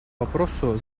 вопросу